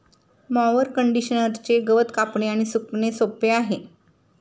mower कंडिशनरचे गवत कापणे आणि सुकणे सोपे आहे